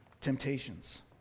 temptations